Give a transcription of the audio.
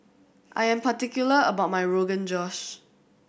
I am particular about my Rogan Josh